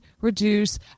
reduce